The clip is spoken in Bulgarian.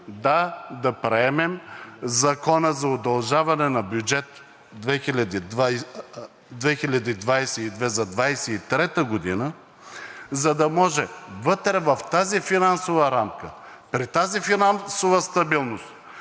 да, да приемем Закона за удължаване на бюджет 2022 за 2023 г., за да може вътре, в тази финансова рамка, при тази финансова стабилност,